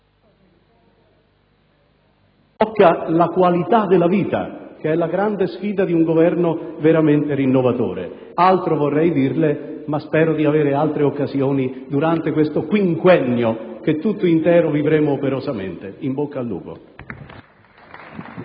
la qualità della vita, che è la grande sfida di un Governo veramente rinnovatore. Altro vorrei dirle, ma spero di avere ulteriori occasioni durante questo quinquennio, che vivremo tutto intero operosamente. In bocca al lupo!